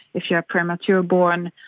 if you are premature born,